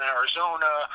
Arizona